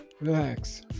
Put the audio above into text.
Relax